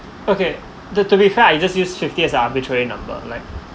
okay the to be fair I just use fifty as arbitrary number like